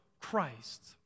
Christ